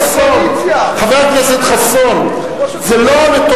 אדטו, נגד